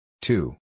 Two